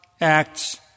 acts